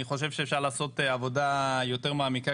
שאפשר לעשות עבודה יותר מעמיקה.